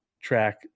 track